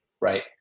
right